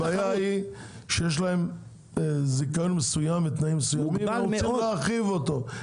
הבעיה היא שיש להם זיכיון מסוים ותנאים מסוימים והוא רוצה להרחיב אותו.